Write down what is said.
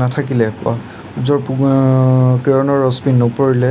নাথাকিলে বা সূৰ্যৰ কিৰণৰ ৰশ্মি নপৰিলে